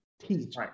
teach